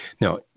Now